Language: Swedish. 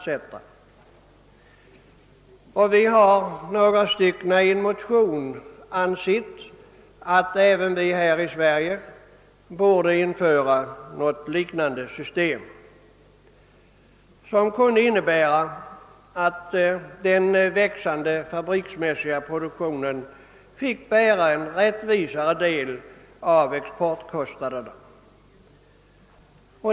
I en motion har jag och några andra framhållit, att även Sverige borde införa ett liknande system, som alltså medför att den växande fabriksmässiga produktionen får bära en rättvisare del av exportförlusterna.